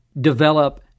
develop